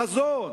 חזון,